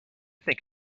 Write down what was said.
think